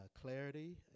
clarity